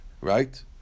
right